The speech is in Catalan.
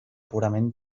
purament